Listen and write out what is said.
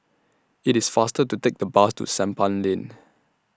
IT IS faster to Take The Bus to Sampan Lane